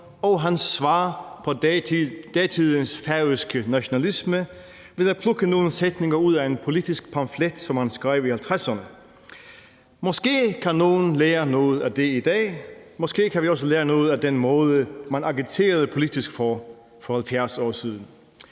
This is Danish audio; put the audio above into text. og hans svar på datidens færøske nationalisme ved at plukke nogle sætninger ud af en politisk pamflet, som han skrev i 50'erne. Måske kan nogle lære noget af det i dag. Måske kan vi også lære noget af den måde, man agiterede politisk på for 70 år siden.